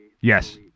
yes